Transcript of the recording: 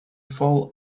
fall